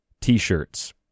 t-shirts